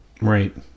Right